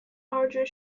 larger